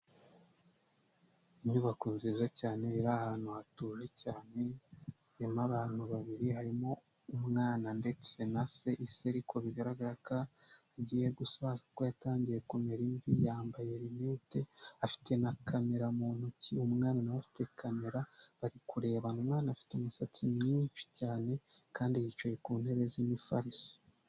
Inyubako nziza cyane iri ahantu hatuje cyane irimo abantu babiri harimo umwana ndetse na se, se ariko bigaragara ko agiye gusaza yatangiye kumera imvi, yambaye rinete afite na kamera mu ntoki umwana nawe afite camera bari kurebana umwana afite umusatsi mwinshi cyane kandi yicaye ku ntebe z'imifariso.